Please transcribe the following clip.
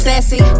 Sassy